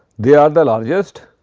they are the largest,